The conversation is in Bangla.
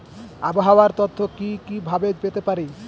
আবহাওয়ার তথ্য কি কি ভাবে পেতে পারি?